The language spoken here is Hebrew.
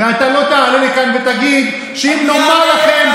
אתה לא תעלה לכאן ותגיד שאם נאמר לכם,